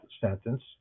sentence